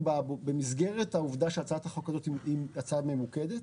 במסגרת העובדה שהצעת החוק הזו היא הצעה ממוקדת,